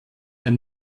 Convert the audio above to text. ein